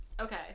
Okay